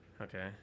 Okay